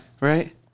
Right